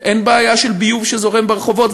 אין בעיה של ביוב שזורם ברחובות,